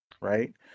right